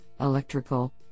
electrical